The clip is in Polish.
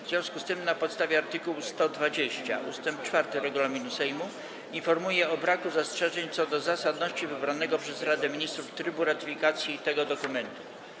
W związku z tym, na podstawie art. 120 ust. 4 regulaminu Sejmu, informuję o braku zastrzeżeń co do zasadności wybranego przez Radę Ministrów trybu ratyfikacji tego dokumentu.